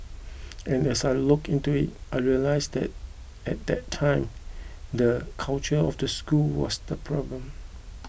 and as I looked into it I realised that at that time the culture of the school was the problem